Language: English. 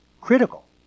critical